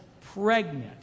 pregnant